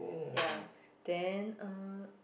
ya then uh